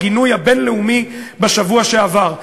הגינוי הבין-לאומי בשבוע שעבר?